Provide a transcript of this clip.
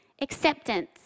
acceptance